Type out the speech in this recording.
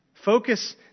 Focus